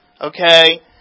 Okay